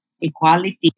equality